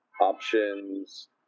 options